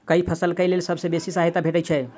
केँ फसल केँ लेल सबसँ बेसी सहायता भेटय छै?